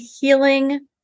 Healing